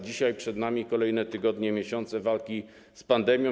Dzisiaj przed nami kolejne tygodnie, miesiące walki z pandemią.